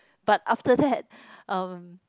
but after that um